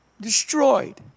destroyed